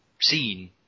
seen